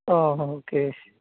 ആ ഹാ ഓക്കെ